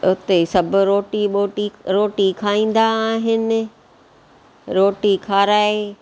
उते सभु रोटी ॿोटी रोटी खाईंदा आहिनि रोटी खाराइ